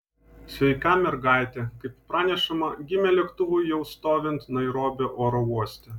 sveika mergaitė kaip pranešama gimė lėktuvui jau stovint nairobio oro uoste